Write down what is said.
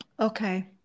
Okay